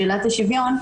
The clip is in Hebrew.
שאלת השוויון.